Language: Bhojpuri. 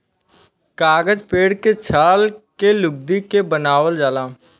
कागज पेड़ के छाल के लुगदी के बनावल जाला